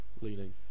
Leading